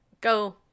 go